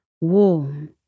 warm